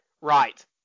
Right